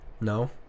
no